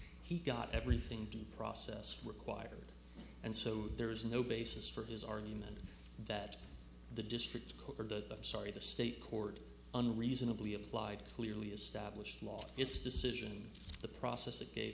he got everything to process required and so there is no basis for his argument that the district sorry the state court unreasonably applied clearly established law its decision the process it gave